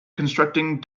constructing